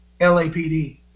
LAPD